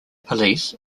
police